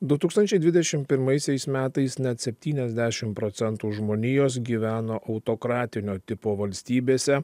du tūkstančiai dvidešim pirmaisiais metais net septyniasdešim procentų žmonijos gyveno autokratinio tipo valstybėse